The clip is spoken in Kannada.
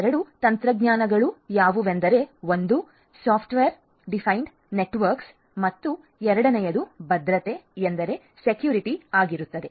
ಈ 2 ತಂತ್ರಜ್ಞಾನಗಳು ಯಾವುವೆಂದರೆ ಒಂದು ಸಾಫ್ಟ್ವೇರ್ ಡಿಫೈನ್ಡ್ ನೆಟ್ವರ್ಕ್ ಮತ್ತು ಎರಡು ಭದ್ರತೆ ಆಗಿವೆ